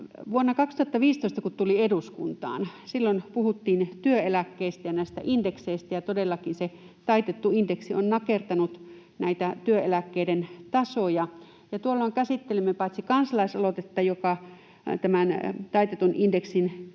Vuonna 2015, kun tulin eduskuntaan, puhuttiin työeläkkeistä ja näistä indekseistä — ja todellakin se taitettu indeksi on nakertanut työeläkkeiden tasoja — ja tuolloin paitsi käsittelimme kansalaisaloitetta tämän taitetun indeksin